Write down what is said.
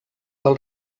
del